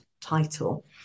title